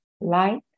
light